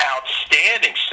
outstanding